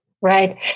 right